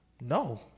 No